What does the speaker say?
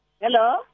hello